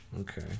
okay